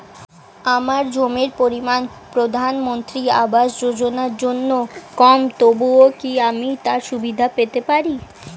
আমার জমির পরিমাণ প্রধানমন্ত্রী আবাস যোজনার জন্য কম তবুও কি আমি তার সুবিধা পেতে পারি?